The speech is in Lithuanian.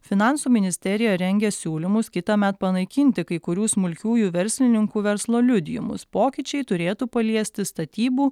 finansų ministerija rengia siūlymus kitąmet panaikinti kai kurių smulkiųjų verslininkų verslo liudijimus pokyčiai turėtų paliesti statybų